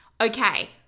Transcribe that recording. Okay